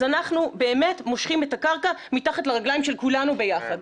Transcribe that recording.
אז אנחנו באמת מושכים את הקרקע מתחת לרגליים של כולנו ביחד.